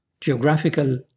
geographical